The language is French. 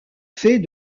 fait